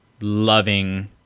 loving